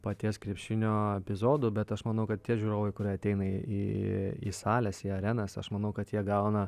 paties krepšinio epizodų bet aš manau kad tie žiūrovai kurie ateina į sales į arenas aš manau kad jie gauna